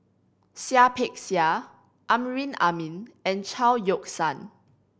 Seah Peck Seah Amrin Amin and Chao Yoke San